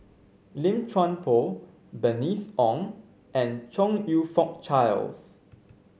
Lim Chuan Poh Bernice Ong and Chong You Fook Charles